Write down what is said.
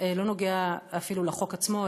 אינו נוגע אפילו בחוק עצמו,